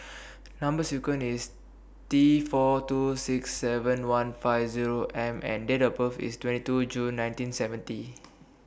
Number sequence IS T four two six seven one five Zero M and Date of birth IS twenty two June nineteen seventy